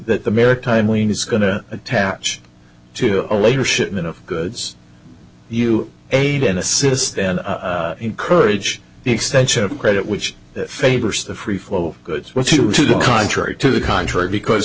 that the maritime wein is going to attach to a later shipment of goods you aid and assist and encourage the extension of credit which favors the free flow of goods with you to the contrary to the contrary because